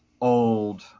old